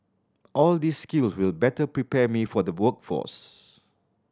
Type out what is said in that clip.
all these skills will better prepare me for the workforce